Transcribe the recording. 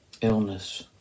illness